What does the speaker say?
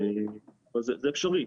זה אפשרי.